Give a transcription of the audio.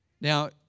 Now